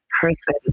person